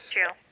True